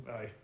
aye